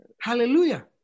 Hallelujah